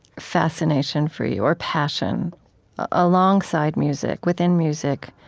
fascination for you or passion alongside music, within music,